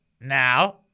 now